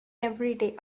everyday